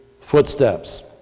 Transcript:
footsteps